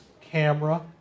camera